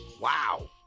Wow